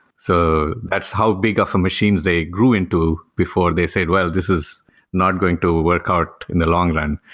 so that's how big of a machines they grew into before they said, well, this is not going to work out in the long run.